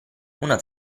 una